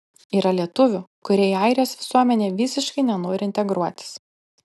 yra lietuvių kurie į airijos visuomenę visiškai nenori integruotis